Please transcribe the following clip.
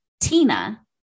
Tina